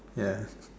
ya